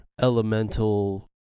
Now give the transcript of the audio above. elemental